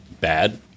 bad